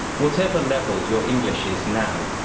whatever level your english is now.